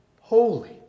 holy